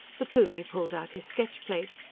the plumie pulled out his sketch plate.